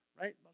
right